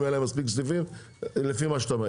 אין להם מספיק סניפים לפי מה שאתה אומר.